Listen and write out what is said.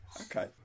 Okay